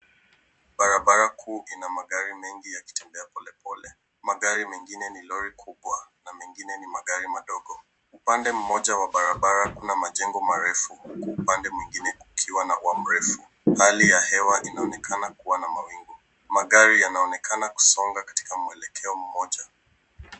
Barabara kuu ina magari mengi yakitembea polepole. Magari mengine ni lori kubwa na mengine ni magari madogo. Upande mmoja wa barabara kuna majengo marefu huku upande mwingine kukiwa na ua mrefu. Hali ya hewa inaonekana kuwa na mawingu. Magari yanaonekana kusonga katika mwelekeo mmoja.